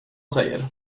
säger